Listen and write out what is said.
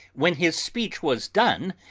when his speech was done,